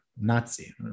Nazi